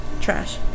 trash